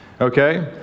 Okay